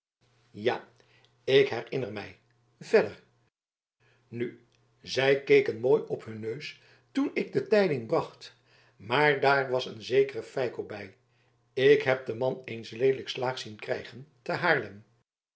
ja ik herinner mij verder nu zij keken mooi op hun neus toen ik de tijding bracht maar daar was een zekere feiko bij ik heb den man eens leelijk slaag zien krijgen te haarlem